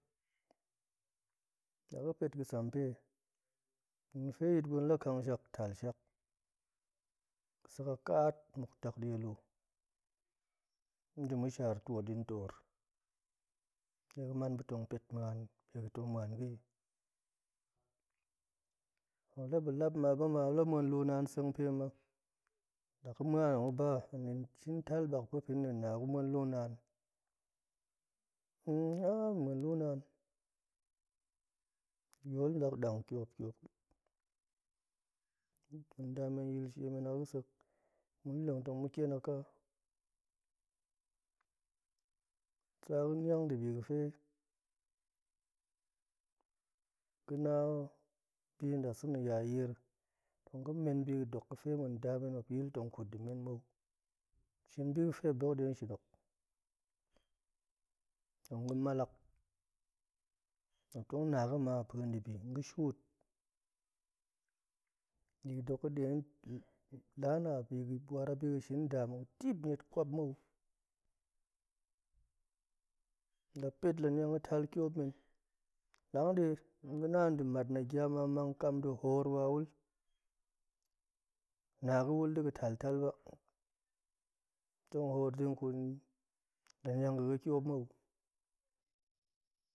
La ga̱ pet ga̱ sam pe gurum ga̱fe yit gwen la kang shak tal shak ga̱sek a kaat muk dak die lu nde ma̱ shar tiot din toor dega̱ man tong pet muan ga̱i pe ga̱ tong muan ga̱i, ma̱p la ba̱lap ma bama ma̱p la muan lu naan seng pe ma tong ga̱ ba din shin tal bak din gu lap ba hen na gu muan lu naan aa ma̱ muan lu naan ga̱ yoli zak dang tiop tiop ƙa̱t ma̱ nda men yil shemen a ga̱ sek ma̱ leng tong ma̱ kien aka, sa ga̱ niang debi ga̱fe ga̱na bi dasa̱na̱ ya yir tong ga̱ men bi ga̱fe ma̱ nda men dok yil tong ƙut demen mou shin bi ga̱fe ma̱ dok detong shinok, tong ga̱ malak, ma̱p tong na ga̱ma a pa̱ debi tong ga̱ shuut bi ga̱ duk ga̱de war a bi ga̱duk ga̱ shin nda muk dip niet kwap mou, la pet la niang ga̱ tal tiop men la ga̱de ga̱na de mat nagya mang kaam muk hoor wawul, na ga̱wul dega̱ taltal ba tong hoor tong ƙut la niang ga̱ga̱ tiop mou,